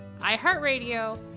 iHeartRadio